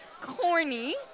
corny